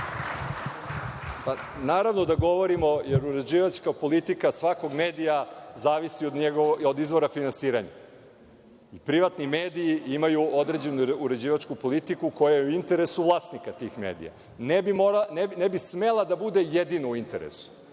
Naravno da govorimo, jer uređivačka politika svakog medija zavisi od izvora finansiranja. I privatni mediji imaju određenu uređivačku politiku koja je u interesu vlasnika tih medija. Ne bi smela da bude jedino u interesu,